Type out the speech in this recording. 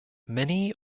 many